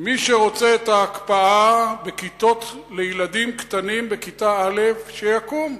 מי שרוצה את ההקפאה בכיתות לילדים קטנים בכיתה א' שיקום.